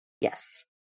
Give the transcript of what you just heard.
Yes